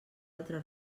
altre